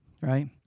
Right